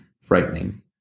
frightening